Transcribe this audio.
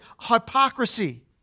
hypocrisy